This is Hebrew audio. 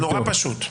נורא פשוט.